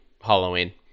Halloween